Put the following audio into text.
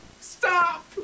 Stop